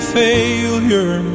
failure